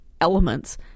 elements